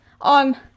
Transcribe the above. on